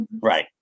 Right